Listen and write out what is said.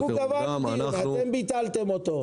אנחנו קבענו דיון ואתם ביטלתם אותו.